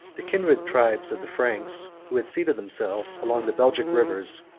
the kindred tribes of the franks, who had seated themselves along the belgic rivers,